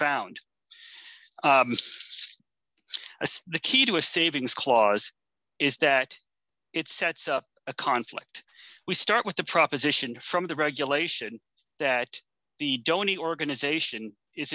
found that's a sticky to a savings clause is that it sets up a conflict we start with the proposition from the regulation that the dony organization is